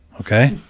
Okay